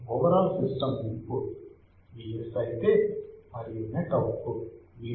overall system input Vs ఐతే మరియు net output Vo